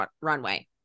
runway